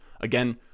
Again